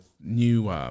new